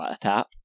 tap